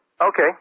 Okay